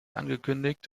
angekündigt